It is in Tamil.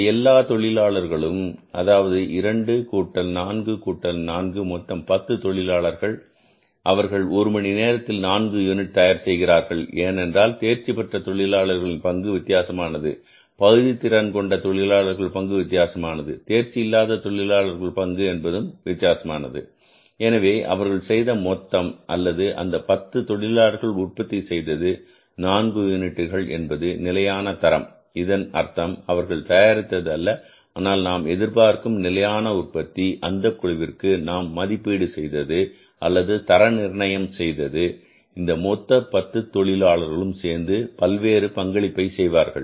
இந்த எல்லா தொழிலாளர்களும் அதாவது 2 கூட்டல் 4 கூட்டல் 4 மொத்தம் 10 தொழிலாளர்கள் அவர்கள் ஒரு மணி நேரத்தில் நான்கு யூனிட்டுகள் தயார் செய்கிறார்கள் ஏனென்றால் தேர்ச்சிபெற்ற தொழிலாளர்களின் பங்கு வித்தியாசமானது பகுதி திறன் கொண்ட தொழிலாளர்கள் பங்கு வித்தியாசமானது தேர்ச்சி இல்லாத தொழிலாளர் பங்கு என்பதும் வித்தியாசமானது எனவே அவர்கள் செய்த மொத்தம் அல்லது அந்த 10 தொழிலாளர்கள் உற்பத்தி செய்தது நான்கு யூனிட்டுகள் என்பது நிலையான தரம் இதன் அர்த்தம் அவர்கள் தயாரித்தது அல்ல ஆனால் நாம் எதிர்பார்க்கும் நிலையான உற்பத்தி அந்தக் குழுவிற்கு நாம் மதிப்பீடு செய்தது அல்லது தர நிர்ணயம் செய்தது இந்த மொத்த பத்து தொழிலாளர்களும் சேர்ந்து பல்வேறு பங்களிப்பை செய்வார்கள்